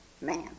man